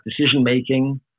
decision-making